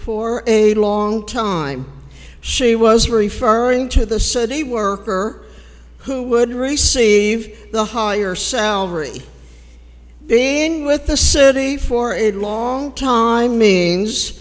for a long time she was referring to the city were her who would receive the higher salary being with the city for it long time means